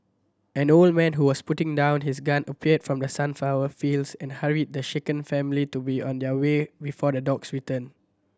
an old man who was putting down his gun appeared from the sunflower fields and hurried the shaken family to be on their way before the dogs return